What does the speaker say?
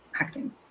acting